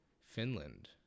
finland